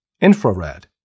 infrared